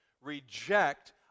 reject